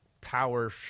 power